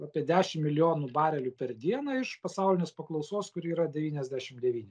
apie dešim milijonų barelių per dieną iš pasaulinės paklausos kuri yra devyniasdešim devyni